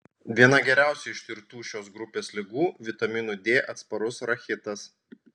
viena geriausiai ištirtų šios grupės ligų vitaminui d atsparus rachitas